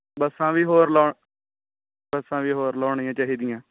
ਬੱਸਾਂ ਵੀ ਹੋਰ ਲਾਉਣ ਬੱਸਾਂ ਵੀ ਹੋਰ ਲਾਉਣੀਆਂ ਚਾਹੀਦੀਆਂ